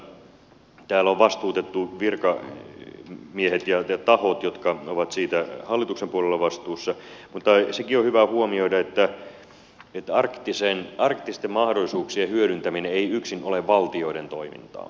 täällä on vastuutettu virkamiehet ja tahot jotka ovat siitä hallituksen puolella vastuussa mutta sekin on hyvä huomioida että arktisten mahdollisuuksien hyödyntäminen ei yksin ole valtioiden toimintaa